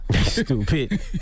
Stupid